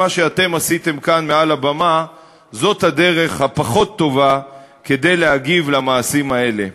מה שאתם עשיתם כאן מעל הבמה זאת הדרך הפחות-טובה להגיב על המעשים האלה.